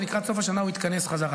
ולקראת סוף השנה הוא יתכנס חזרה.